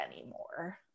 anymore